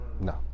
No